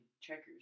checkers